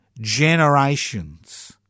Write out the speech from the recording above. Generations